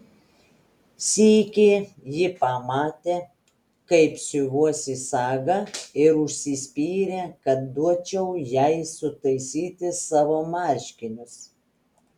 sykį ji pamatė kaip siuvuosi sagą ir užsispyrė kad duočiau jai sutaisyti savo marškinius